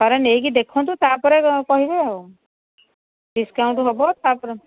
ଥରେ ନେଇକି ଦେଖନ୍ତୁ ତା'ପରେ କହିବେ ଆଉ ଡିସ୍କାଉଣ୍ଟ ହବ ତା'ପରେ